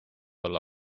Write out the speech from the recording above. olla